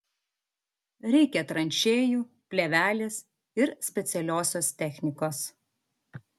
reikia tranšėjų plėvelės ir specialiosios technikos